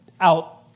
out